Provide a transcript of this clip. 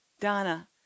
Donna